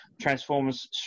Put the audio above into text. Transformers